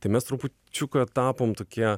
tai mes trupučiuką tapom tokie